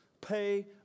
Pay